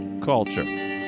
Culture